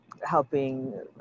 helping